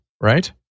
right